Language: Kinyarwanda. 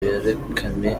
yerekane